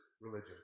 religion